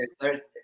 Thursday